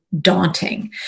Daunting